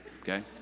okay